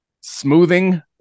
smoothing